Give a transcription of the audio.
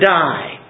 die